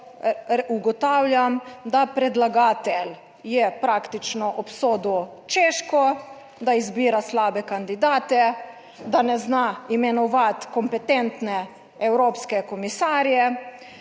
ugotavljam, da predlagatelj je praktično obsodil Češko, da izbira slabe kandidate, da ne zna imenovati kompetentne evropske komisarje.